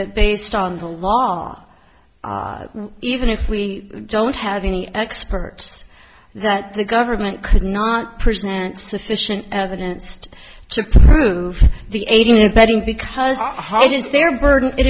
that based on the law even if we don't have any experts that the government could not present sufficient evidence to prove the aiding and abetting because how